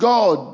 God